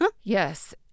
Yes